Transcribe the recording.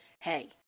hey